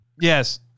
Yes